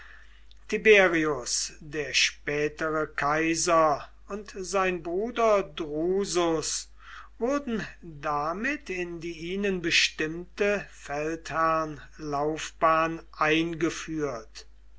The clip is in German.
tiberius der spätere kaiser und sein bruder drusus wurden damit in die ihnen bestimmte feldherrnlaufbahn eingeführt